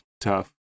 tough